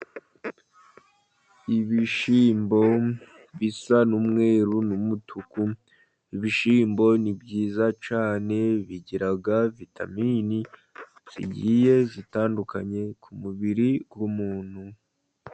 Ibishyimbo bisa n'umweru n'umutuku. Ibishyimbo ni byiza cyane bigira vitaminini zigiye zitandukanye ku mubiri w'umuntu.